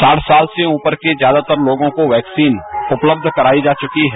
साठ साल से ऊपर के ज्यादातर लोगों को वैक्सीन उपलब्ध कराई जा चुकी है